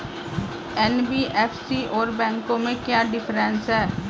NBFC और बैंकों में क्या डिफरेंस है?